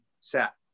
set